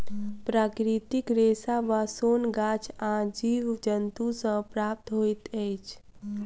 प्राकृतिक रेशा वा सोन गाछ आ जीव जन्तु सॅ प्राप्त होइत अछि